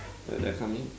so they're coming